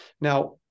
Now